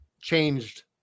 changed